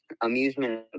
amusement